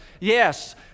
Yes